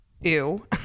Ew